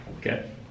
Okay